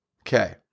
Okay